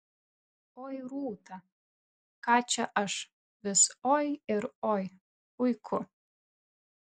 oi rūta ką čia aš vis oi ir oi puiku